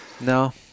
no